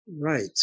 Right